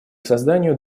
созданию